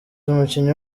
umukinnyi